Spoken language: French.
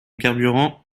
carburant